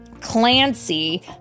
Clancy